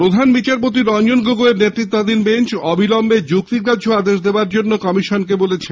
প্রধান বিচারপতি রঞ্জন গগৈয়ের নেতৃত্বাধীন বেঞ্চ অবিলম্বে যুক্তিগ্রাহ্য আদেশ দেবার জন্য কমিশনকে বলেছে